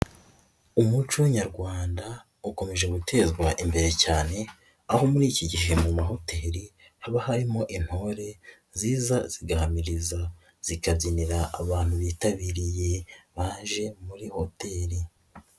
Umuco nyarwanda ukomeje gutezwa imbere cyane aho muri iki gihe mu mahoteli haba harimo intore ziza zigahamiriza, zikabyinira abantu bitabiriye baje muri hoteli.